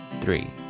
three